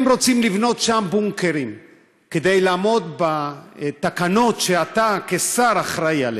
הם רוצים לבנות שם בונקרים כדי לעמוד בתקנות שאתה כשר אחראי להן.